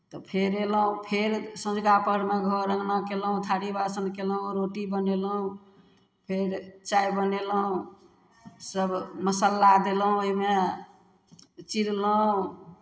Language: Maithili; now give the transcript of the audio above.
तऽ फेर अयलहुँ फेर सँझुका पहरमे घर अङ्गना कयलहुँ थारी बासन कयलहुँ रोटी बनयलहुँ फेर चाह बनयलहुँ सभ मसाला देलहुँ ओहिमे चिरलहुँ